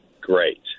great